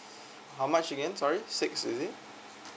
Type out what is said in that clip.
how much again sorry six is it